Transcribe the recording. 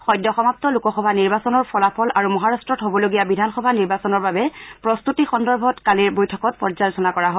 সদ্যসমাপ্ত লোক সভা নিৰ্বাচনৰ ফলাফল আৰু মহাৰট্টত হবলগীয়া বিধানসভা নিৰ্বাচনৰ বাবে প্ৰস্তুতি সন্দৰ্ভত কালিৰ বৈঠকখনত পৰ্যালোচনা কৰা হয়